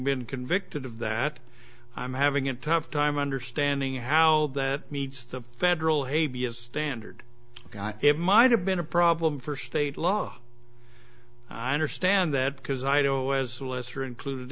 been convicted of that i'm having a tough time understanding how that meets the federal hey be a standard it might have been a problem for state law i understand that